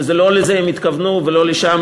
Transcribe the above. ולא לזה הם התכוונו ולא לשם